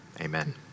amen